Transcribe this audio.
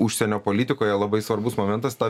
užsienio politikoje labai svarbus momentas ta